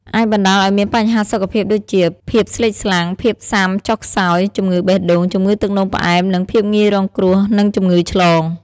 អាចបណ្តាលឱ្យមានបញ្ហាសុខភាពដូចជា ភាពស្លេកស្លាំង ភាពស៊ាំចុះខ្សោយ ជំងឺបេះដូង ជំងឺទឹកនោមផ្អែម និងភាពងាយរងគ្រោះនឹងជំងឺឆ្លង។